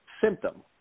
symptom